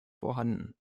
vorhanden